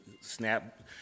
SNAP